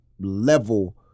level